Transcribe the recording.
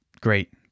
great